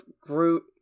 Groot